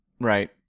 right